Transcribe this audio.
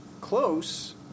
Close